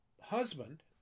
husband